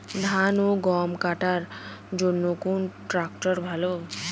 ধান ও গম কাটার জন্য কোন ট্র্যাক্টর ভালো?